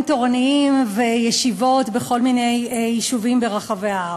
תורניים וישיבות בכל מיני יישובים ברחבי הארץ.